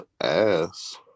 ass